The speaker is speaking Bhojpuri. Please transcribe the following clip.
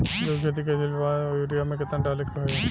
गेहूं के खेती कइले बानी त वो में युरिया केतना डाले के होई?